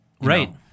Right